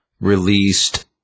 released